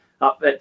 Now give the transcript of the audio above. up